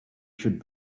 should